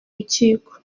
urukiko